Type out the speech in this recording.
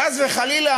וחס וחלילה,